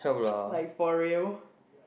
like for real